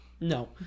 No